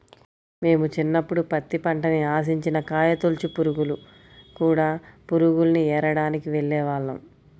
మేము చిన్నప్పుడు పత్తి పంటని ఆశించిన కాయతొలచు పురుగులు, కూడ పురుగుల్ని ఏరడానికి వెళ్ళేవాళ్ళం